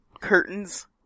Curtains